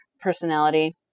personality